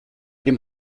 dem